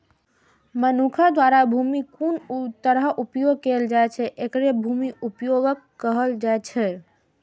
मनुक्ख द्वारा भूमिक कोन तरहें उपयोग कैल जाइ छै, एकरे भूमि उपयोगक कहल जाइ छै